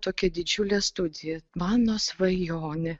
tokia didžiulė studija mano svajonė